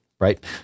Right